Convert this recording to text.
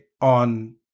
on